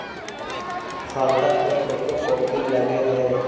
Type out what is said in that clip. खाता के photo copy लगहै?